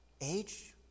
Age